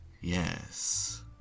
Yes